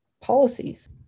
policies